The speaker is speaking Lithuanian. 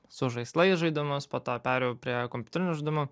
su žaislais žaidimus po to perėjau prie kompiuterinių žaidimų